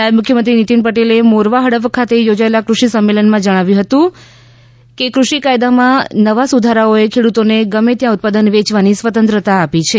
નાયબ મુખ્યમંત્રી નીતિન પટેલે મોરવાહડફ ખાતે યોજાયેલા કૃષિ સંમેલનમાં જણાવ્યું હતું કે કૃષિ કાયદામાં નવા સુધારાઓએ ખેડૂતોને ગમે ત્યાં ઉત્પાદન વેયવાની સ્વતંત્રતા આપી છે